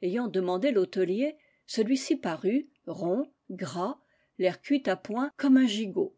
ayant demandé l'hôtelier celui-ci parut rond gras l'air cuit à point comme un gigot